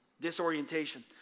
disorientation